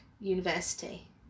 university